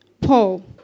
Paul